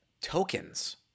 tokens